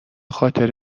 خاطر